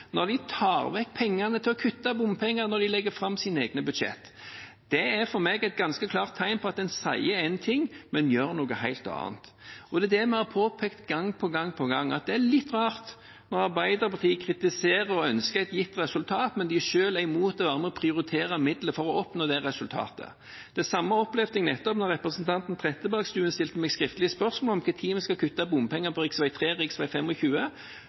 når de tar vekk pengene til å kutte bompenger når de legger fram sine egne budsjetter. Det er for meg et ganske klart tegn på at en sier én ting, men gjør noe helt annet. Vi har påpekt gang på gang at det er litt rart at Arbeiderpartiet kritiserer og ønsker et gitt resultat, men selv er imot å være med og prioritere midler for å oppnå det resultatet. Det samme opplevde jeg da representanten Trettebergstuen stilte meg skriftlig spørsmål om når vi skal kutte bompenger på